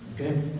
Okay